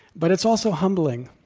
but it's also humbling